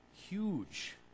Huge